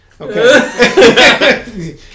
Okay